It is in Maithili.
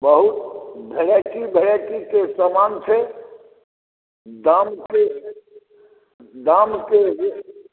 बहुत वेराइटी वेराइटीके समान छै दामके दामके जे